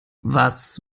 was